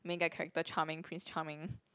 main guy character charming prince charming